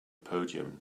podium